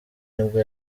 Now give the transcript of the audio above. nibwo